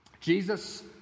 Jesus